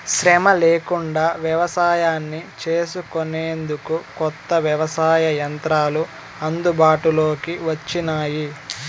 శ్రమ లేకుండా వ్యవసాయాన్ని చేసుకొనేందుకు కొత్త వ్యవసాయ యంత్రాలు అందుబాటులోకి వచ్చినాయి